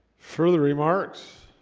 further remarks